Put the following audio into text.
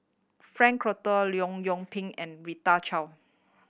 Frank Cloutier Leong Yoon Pin and Rita Chao